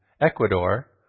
Ecuador